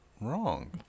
Wrong